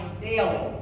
daily